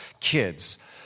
kids